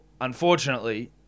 unfortunately